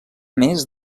més